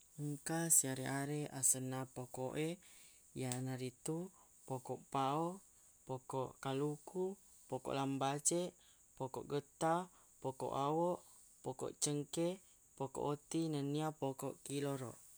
Engka siareq-areq asenna poko e yanaritu poko pao poko kaluku poko lambace poko getta poko awo poko cengke poko otti nennia poko kiloroq